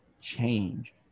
change